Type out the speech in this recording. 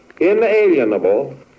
inalienable